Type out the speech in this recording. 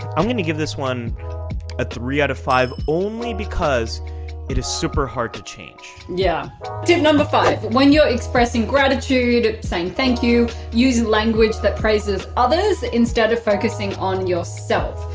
i'm gonna give this one a three out of five only because it is super hard to change. yeah tip number five when you're expressing gratitude, saying thank you, use language that praises others instead of focusing on yourself.